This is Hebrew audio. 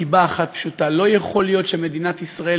מסיבה אחת פשוטה: לא יכול להיות שמדינת ישראל,